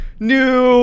New